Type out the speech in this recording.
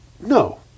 No